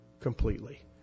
completely